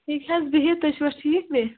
ییٚکہِ حظ بِہتھ تُہۍ چھُو حظ ٹھیٖک بے